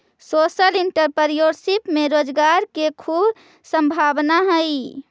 social entrepreneurship में रोजगार के खूब संभावना हई